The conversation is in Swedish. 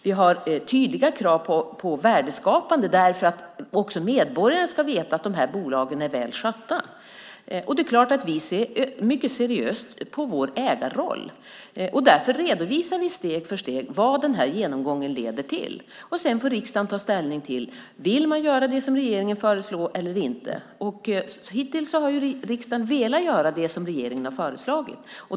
Vi har tydliga krav på värdeskapande för att även medborgarna ska veta att bolagen är väl skötta. Det är klart att vi ser mycket seriöst på vår ägarroll. Därför redovisar vi steg för steg vad genomgången leder till. Sedan får riksdagen ta ställning till om man vill göra det som regeringen föreslår eller inte. Hittills har riksdagen velat göra det som regeringen har föreslagit.